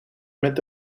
met